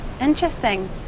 interesting